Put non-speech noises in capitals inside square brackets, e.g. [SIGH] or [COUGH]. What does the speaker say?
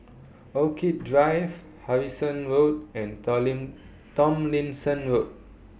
Orchid Drive Harrison Road and [UNINTELLIGIBLE] Tomlinson Road